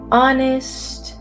honest